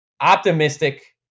optimistic